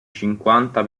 cinquanta